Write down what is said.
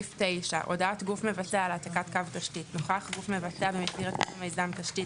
הודעת גוף מבצע על העתקת קו תשתית 9. נוכח גוף מבצע במסגרת מיזם תשתית,